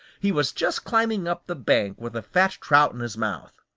he was just climbing up the bank with the fat trout in his mouth.